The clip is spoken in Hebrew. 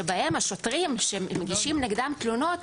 שבהם השוטרים שמגישים נגדם תלונות,